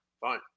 Fine